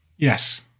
Yes